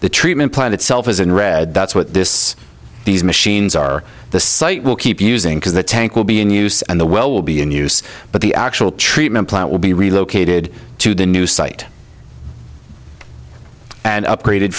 the treatment plant itself is in red that's what this these machines are the site will keep using because the tank will be in use and the well will be in use but the actual treatment plant will be relocated to the new site and upgraded